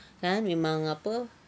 kan memang apa